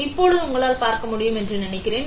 இப்போது உங்களால் பார்க்க முடியும் என்று நினைக்கிறேன்